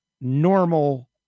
normal